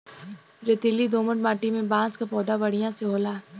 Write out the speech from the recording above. रेतीली दोमट माटी में बांस क पौधा बढ़िया से होला